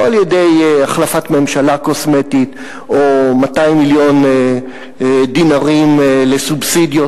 לא על-ידי החלפת ממשלה קוסמטית או 200 מיליוני דינרים לסובסידיות.